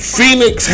Phoenix